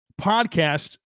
podcast